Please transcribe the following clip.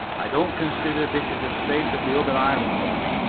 i don't consider this as safe as the other island was.